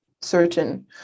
certain